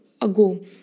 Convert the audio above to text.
ago